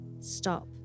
stop